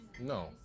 No